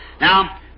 Now